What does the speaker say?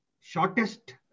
Shortest